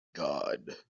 god